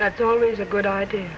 that's always a good idea